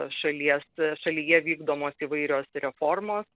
šalies šalyje vykdomos įvairios reformos